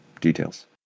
details